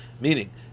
meaning